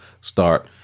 start